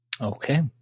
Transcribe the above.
Okay